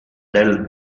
del